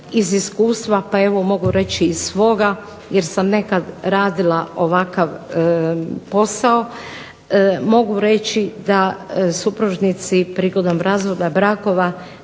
iz iskustva pa evo mogu reći i svoga, jer sam nekada radila ovakav posao, mogu reći da supružnici prigodom razvoda brakova